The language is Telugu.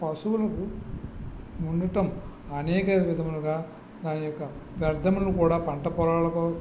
పశువులు ఉండటం అనేక విధములుగా దాని యొక్క వ్యర్ధమును కూడా పంటపొలాలకు